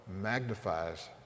magnifies